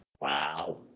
Wow